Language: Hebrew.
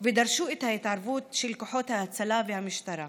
ודרשו את ההתערבות של כוחות ההצלה והמשטרה,